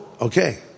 Okay